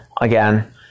again